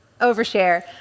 overshare